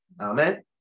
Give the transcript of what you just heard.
amen